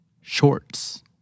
Shorts